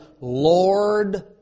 Lord